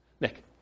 Nick